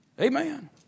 Amen